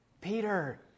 Peter